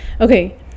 Okay